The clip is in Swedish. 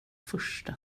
första